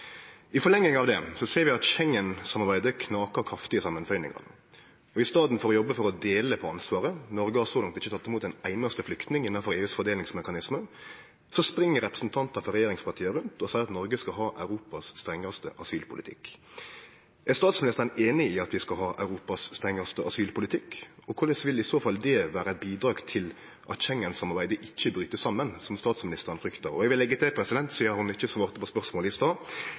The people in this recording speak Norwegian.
I forlenginga av det ser vi at Schengen-samarbeidet knakar kraftig i samanføyingane. I staden for å jobbe for å dele på ansvaret – Noreg har så langt ikkje teke imot ein einaste flyktning innanfor EUs fordelingsmekanisme – spring representantar for regjeringspartia rundt og seier at Noreg skal ha Europas strengaste asylpolitikk. Er statsministeren einig i at vi skal ha Europas strengaste asylpolitikk? Korleis vil i så fall det vere eit bidrag til at Schengen-samarbeidet ikkje bryt saman, slik statsministeren fryktar? Og eg vil leggje til, sidan ho ikkje svarte på spørsmålet i stad: